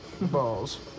Balls